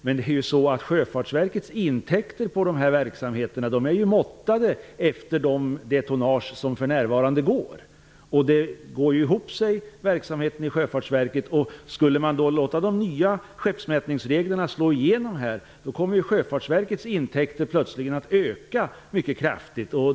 Men Sjöfartsverkets intäkter på dessa verksamheter är uppskattade på det tonnage som för närvarande finns. Verksamheten på Sjöfartsverket går nu ihop. Om de nya skeppsmätningsreglerna slår ige nom kommer Sjöfartsverkets intäkter plötsligt att öka mycket kraftigt.